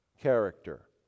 character